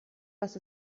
was